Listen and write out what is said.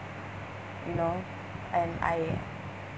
you know and I